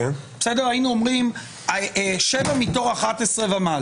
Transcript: היינו אומרים 7/11 וזו